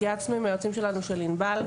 התייעצנו עם היועצים שלנו בענבל.